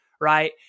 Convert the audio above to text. right